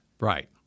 Right